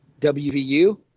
WVU